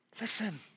listen